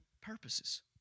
purposes